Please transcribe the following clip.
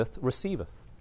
receiveth